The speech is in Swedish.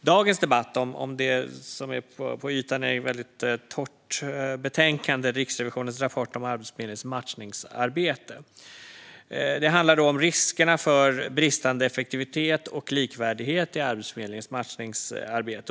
dagens debatt om det som på ytan är ett väldigt torrt betänkande, Riksrevisionens rapport om Arbetsförmedlingens matchningsarbete . Det handlar om riskerna för bristande effektivitet och likvärdighet i Arbetsförmedlingens matchningsarbete.